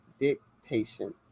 Dictation